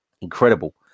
Incredible